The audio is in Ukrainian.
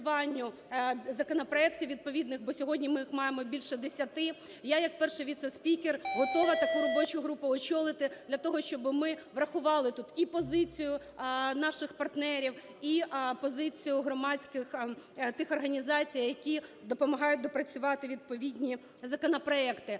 законопроектів відповідних, бо сьогодні ми їх маємо більше десяти. Я як перший віце-спікер готова таку робочу групу очолити, для того щоб ми врахували тут і позицію наших партнерів, і позицію громадських тих організацій, які допомагають доопрацювати відповідні законопроекти.